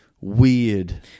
weird